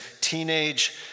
teenage